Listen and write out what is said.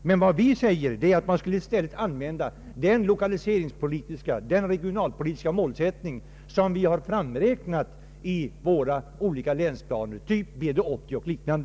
Men vi menar att länsstyrelserna i stället bör använda den regionala målsättning som vi har framräknat i våra olika länsplaner, typ BD 80 och liknande.